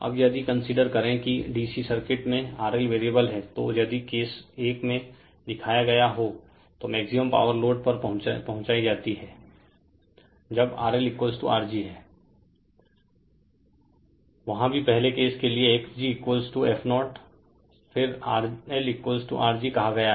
अब यदि कंसीडर करे कि DC सर्किट में RL वेरिएबल है तो यदि केस 1 में दिखाया गया हो तो मैक्सिमम पावर लोड पर पहुंचाई जाती है जब RLRg है वहाँ भी पहले केस के लिए X gf0 फिर RLRg कहा गया हैं